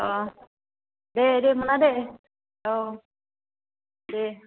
अ दे दे जेबो मोना दे औ दे